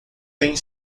tem